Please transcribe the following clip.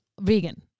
vegan